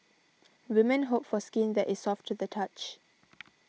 women hope for skin that is soft to the touch